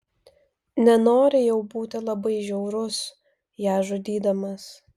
nenori jau būti labai žiaurus ją žudydamas